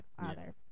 Father